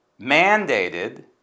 mandated